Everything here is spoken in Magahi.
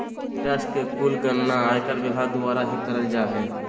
टैक्स के कुल गणना आयकर विभाग द्वारा ही करल जा हय